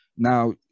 Now